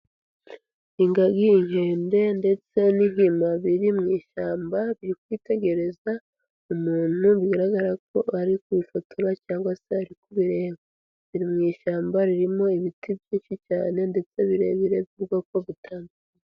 Ingagi, inkende ndetse n'inkima, biri mu ishyamba biri kwitegereza umuntu, bigaragara ko ari kubifotora cyangwa se ari kubireba, biri mu ishyamba ririmo ibiti byinshi cyane ndetse birebire by'ubwoko butanu.